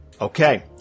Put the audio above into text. Okay